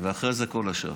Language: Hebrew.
ואחרי זה כל השאר.